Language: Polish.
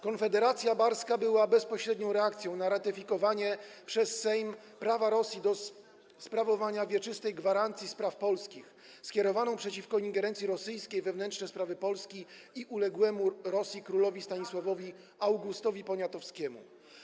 Konfederacja barska była bezpośrednią reakcją na ratyfikowanie przez Sejm prawa Rosji do sprawowania wieczystej „gwarancji” spraw polskich, skierowaną przeciwko ingerencji rosyjskiej w wewnętrzne sprawy Polski i uległemu Rosji królowi Stanisławowi Augustowi Poniatowskiemu.